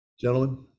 Gentlemen